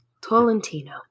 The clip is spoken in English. Tolentino